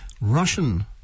Russian